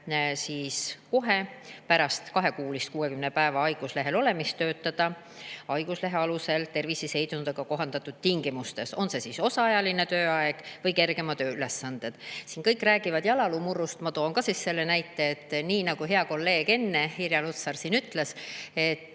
kohe pärast kaks kuud ehk 60 päeva haiguslehel olemist töötada haiguslehe alusel terviseseisundiga kohandatud tingimustes – on see siis osaajaline tööaeg või kergemad tööülesanded. Siin on räägitud jalaluumurrust. Ma toon siis ka selle näite, et nii nagu hea kolleeg Irja Lutsar enne ütles,